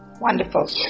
Wonderful